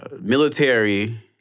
military